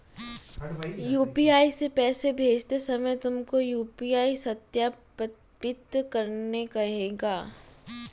UPI से पैसे भेजते समय तुमको यू.पी.आई सत्यापित करने कहेगा